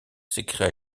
s’écria